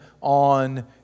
on